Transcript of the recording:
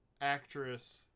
actress